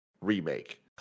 remake